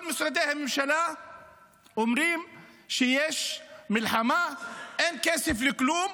כל משרדי הממשלה אומרים שכשיש מלחמה אין כסף לכלום.